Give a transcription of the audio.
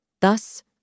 thus